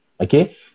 Okay